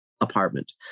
apartment